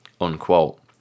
Unquote